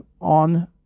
on